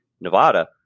Nevada